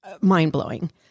mind-blowing